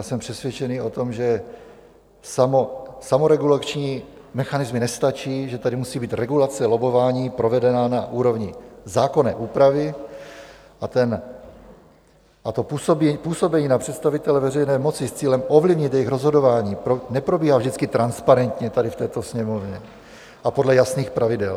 Jsem přesvědčený o tom, že samoregulační mechanismy nestačí, že tady musí být regulace lobbování provedena na úrovni zákonné úpravy, a působení na představitele veřejné moci s cílem ovlivnit jejich rozhodování neprobíhá vždycky transparentně tady v této Sněmovně a podle jasných pravidel.